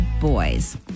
boys